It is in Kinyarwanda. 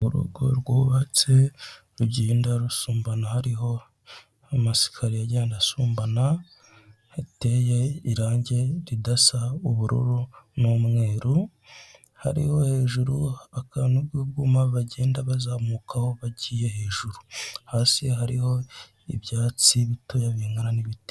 Urugo rwubatse rugenda rusumbana hariho amasikariye agenda asumbana, hateye irangi ridasa ubururu n'umweru hariho hejuru akantu k'ibyuma bagenda bazamukaho bagiye hejuru hasi hariho ibyatsi bitoya bingana n'ibiti.